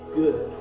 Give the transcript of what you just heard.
good